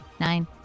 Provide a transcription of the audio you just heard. Nine